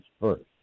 first